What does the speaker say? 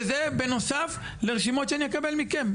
וזה בנוסף לרשימות שאני אקבל מכם.